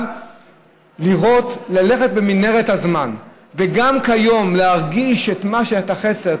אבל ללכת במנהרת הזמן וגם כיום להרגיש את החסר,